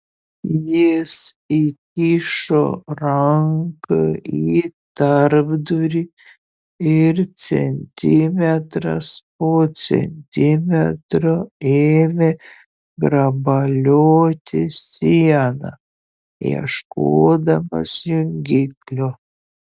jis įkišo ranką į tarpdurį ir centimetras po centimetro ėmė grabalioti sieną ieškodamas jungiklio